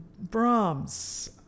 Brahms